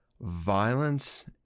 violence